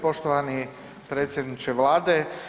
Poštovani predsjedniče Vlade.